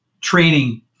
training